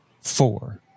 four